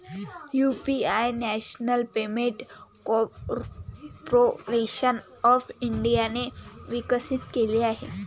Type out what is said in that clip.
UPI national payment corporation of इंडियाने विकसित केले आहे